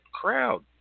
crowd